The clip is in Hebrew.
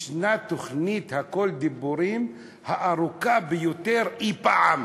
ישנה תוכנית "הכול דיבורים" הארוכה ביותר אי-פעם,